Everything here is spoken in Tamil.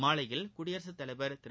மாலையில் குடியரசுத்தலைவர் திரு